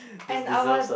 and our